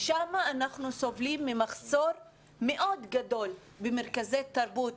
שם אנחנו סובלים ממחסור מאוד גדול במרכזי תרבות,